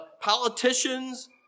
politicians